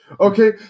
Okay